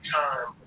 time